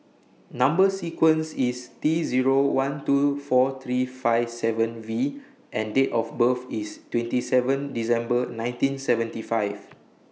Number sequence IS T Zero one two four three five seven V and Date of birth IS twenty seven December nineteen seventy five